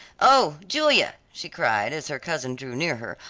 oh, julia, she cried as her cousin drew near her,